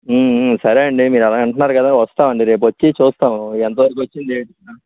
సరే అండి మీరు అలాగంటున్నారు కదా వస్తామండి రేపు వచ్చి చూస్తాం ఎంతవరకు వచ్చింది ఏంటి